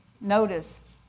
Notice